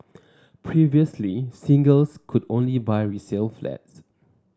previously singles could only buy resale flats